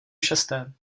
šesté